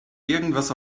irgendwas